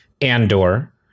Andor